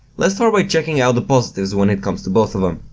let's start by checking out the positives when it comes to both of them.